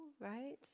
right